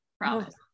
promise